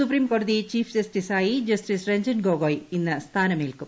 സുപ്രീംകോടതി chief justice ആയി justice Ranjan Gogoi ഇന്ന് സ്മാനമേൽക്കും